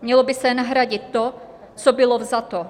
Mělo by se nahradit to, co bylo vzato.